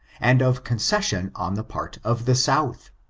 and of concession on the part of the south